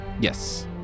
yes